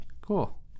Cool